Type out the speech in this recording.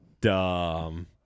dumb